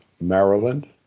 Maryland